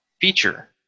feature